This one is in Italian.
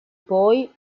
poi